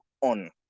on